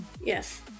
Yes